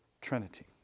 trinity